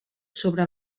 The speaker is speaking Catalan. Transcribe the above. sobre